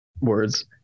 words